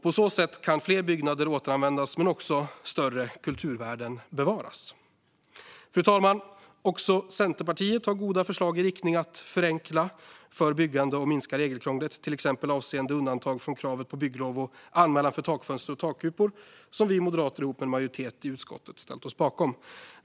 På så sätt kan fler byggnader återanvändas men också större kulturvärden bevaras. Fru talman! Också Centerpartiet har goda förslag med inriktning att förenkla för byggande och minska regelkrånglet, till exempel avseende undantag från kravet på bygglov och anmälan om takfönster och takkupor, som vi moderater tillsammans med en majoritet i utskottet har ställt oss bakom.